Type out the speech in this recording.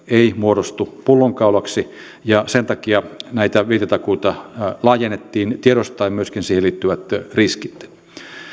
ei muodostu pullonkaulaksi ja sen takia näitä vientitakuita laajennettiin tiedostaen myöskin siihen liittyvät riskit